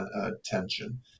attention